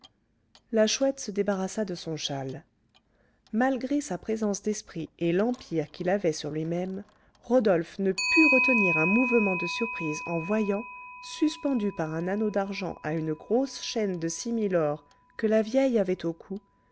la chouette se débarrassa de son châle malgré sa présence d'esprit et l'empire qu'il avait sur lui-même rodolphe ne put retenir un mouvement de surprise en voyant suspendu par un anneau d'argent à une grosse chaîne de similor que la vieille avait au cou